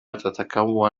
تتكون